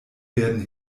werden